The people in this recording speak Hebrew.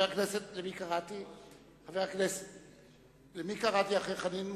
למי קראתי אחרי חנין?